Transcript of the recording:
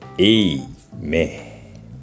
Amen